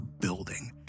building